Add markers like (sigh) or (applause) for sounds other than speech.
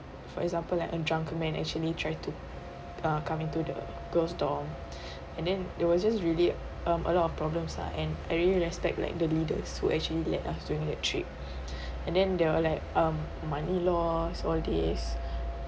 for example like a drunk man actually try to uh come into the girls' dorm (breath) and then there was just really um a lot of problems lah and I really respect like the leaders who actually led us during that trip (breath) and then there were like um money lost all these